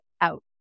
out